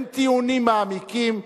הם טיעונים מעמיקים,